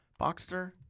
Boxster